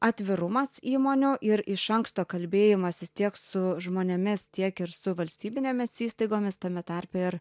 atvirumas įmonių ir iš anksto kalbėjimasis tiek su žmonėmis tiek ir su valstybinėmis įstaigomis tame tarpe ir